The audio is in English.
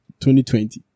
2020